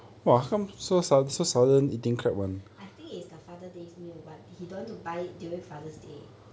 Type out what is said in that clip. I think is the father days meal but he don't want to buy during father's day